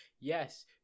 Yes